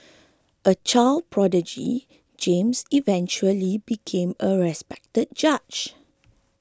a child prodigy James eventually became a respected judge